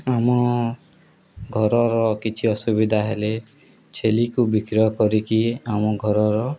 ଆମ ଘରର କିଛି ଅସୁବିଧା ହେଲେ ଛେଳିକୁ ବିକ୍ରୟ କରିକି ଆମ ଘରର